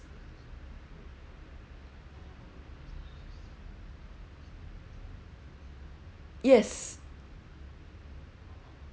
yes